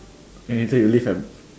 and later you live